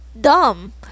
dumb